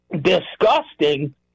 disgusting